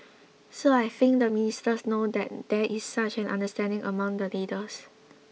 so I think the ministers know that there is such an understanding among the leaders